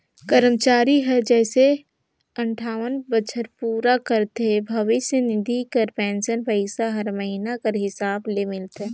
करमचारी हर जइसे अंठावन बछर पूरा करथे भविस निधि कर पेंसन पइसा हर महिना कर हिसाब ले मिलथे